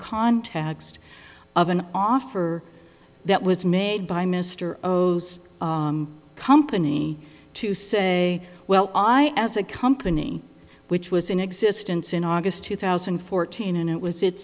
context of an offer that was made by mr o's company to say well i as a company which was in existence in august two thousand and fourteen and it was it